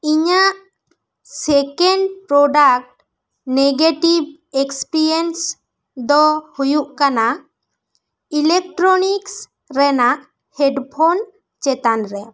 ᱤᱧᱟᱹᱜ ᱥᱮᱠᱮᱱ product negative experience ᱫᱚ ᱦᱩᱭᱩᱜ ᱠᱟᱱᱟ ᱤᱞᱮᱠᱴᱨᱚᱱᱤᱠᱥ ᱨᱮᱱᱟᱜ ᱦᱮᱰᱯᱷᱚᱱ ᱪᱮᱛᱟᱱ ᱨᱮ